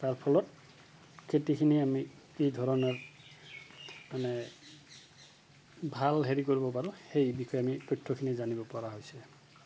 তাৰ ফলত খেতিখিনি আমি কি ধৰণৰ মানে ভাল হেৰি কৰিব পাৰোঁ সেই বিষয়ে আমি তথ্যখিনি জানিব পৰা হৈছে